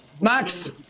Max